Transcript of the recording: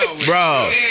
Bro